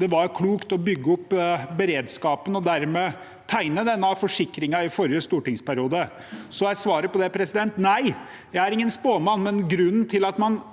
det var klokt å bygge opp beredskapen og dermed tegne denne forsikringen i forrige stortingsperiode. Svaret på det er nei, jeg er ingen spåmann, men grunnen til at man